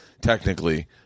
technically